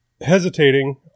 hesitating